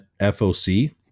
FOC